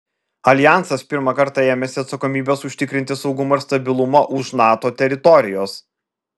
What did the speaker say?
aljansas pirmą kartą ėmėsi atsakomybės užtikrinti saugumą ir stabilumą už nato teritorijos